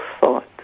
thought